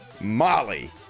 Molly